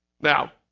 Now